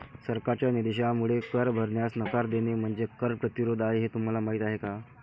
सरकारच्या निषेधामुळे कर भरण्यास नकार देणे म्हणजे कर प्रतिरोध आहे हे तुम्हाला माहीत आहे का